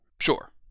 Sure